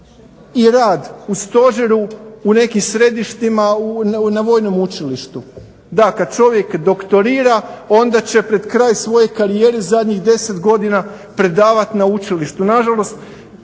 i rad stožeru u nekim središtima na vojnom učilištu. Da, kada čovjek doktorira onda će pred kraj svoje karijere zadnjih 10 godina predavati na učilištu.